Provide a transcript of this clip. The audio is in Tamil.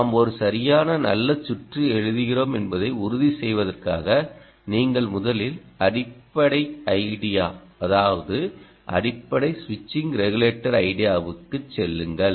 நாம் ஒரு சரியான நல்ல சுற்று எழுதுகிறோம் என்பதை உறுதி செய்வதற்காக நீங்கள் முதலில் அடிப்படை ஐடியா அதாவது அடிப்படை ஸ்விட்சிங் ரெகுலேட்டர் ஐடியாக்குச் செல்லுங்கள்